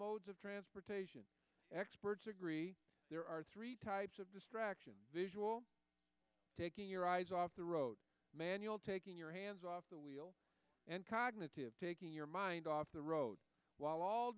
modes of transportation experts agree there are types of distraction visual taking your eyes off the road manual taking your hands off the wheel and cognitive taking your mind off the road while all